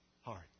hard